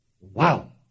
Wow